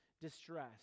distress